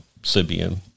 sibian